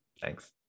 thanks